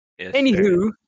anywho